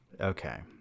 Okay